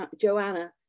Joanna